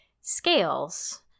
scales